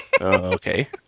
okay